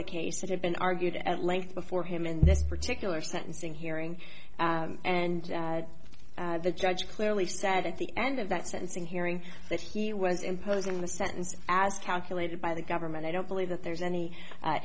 the case that had been argued at length before him in this particular sentencing hearing and the judge clearly said at the end of that sentencing hearing that he was imposing a sentence as calculated by the government i don't believe that there's any